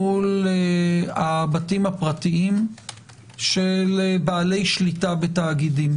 מול בתים פרטיים של בעלי שליטה בתאגידים,